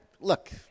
look